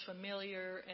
familiar